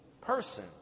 person